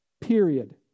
Period